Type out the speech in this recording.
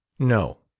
no.